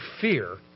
fear